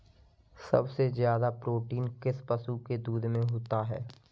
सबसे ज्यादा प्रोटीन किस पशु के दूध में होता है?